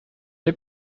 les